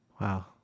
Wow